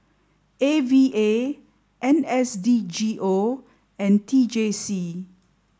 A V A N S D G O and T J C